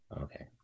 Okay